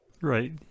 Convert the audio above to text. Right